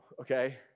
okay